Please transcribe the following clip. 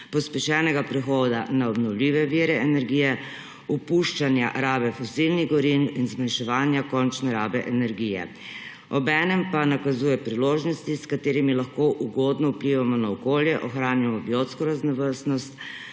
pospešenega prehoda na obnovljive vire energije: opuščanja rabe fosilnih goriv in zniževanja končne rabe energije. Obenem pa nakazuje priložnosti, s katerimi lahko ugodno vplivamo na okolje, ohranimo biotsko raznovrstnost,